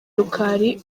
rukali